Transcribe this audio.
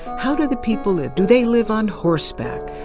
how do the people live? do they live on horseback,